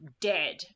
dead